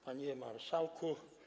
Panie Marszałku!